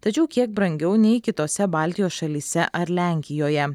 tačiau kiek brangiau nei kitose baltijos šalyse ar lenkijoje